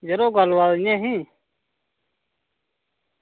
यरो गल्ल बात इंया ही